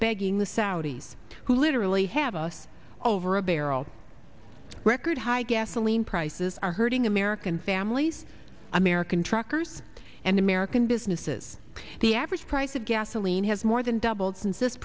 begging the saudis who literally have us over a barrel record high gasoline prices are hurting american families american truckers and american businesses the average price of gasoline has more than doubled since this